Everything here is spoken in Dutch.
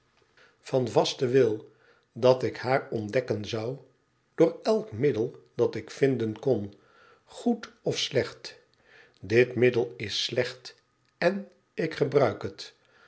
van vasten wil dat ik haar ontdekken zou door elk middel dat ik vinden kon goed of slecht dit middel is slecht en ik gebruik het